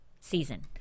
season